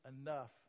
enough